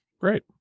great